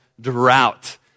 drought